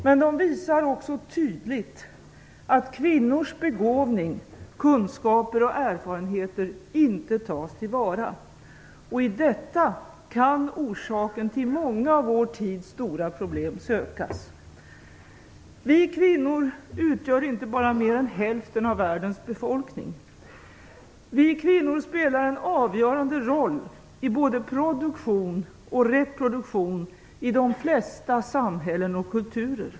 Men de visar tydligt att kvinnors begåvning, kunskaper och erfarenheter inte tas till vara. I detta kan orsaken till många av vår tids stora problem sökas. Vi kvinnor utgör inte bara mer än hälften av världens befolkning. Vi kvinnor spelar en avgörande roll i både produktion och reproduktion i de flesta samhällen och kulturer.